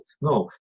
No